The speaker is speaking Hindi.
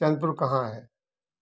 चंद्रपुर कहाँ है